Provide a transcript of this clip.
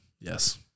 Yes